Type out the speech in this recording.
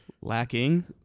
lacking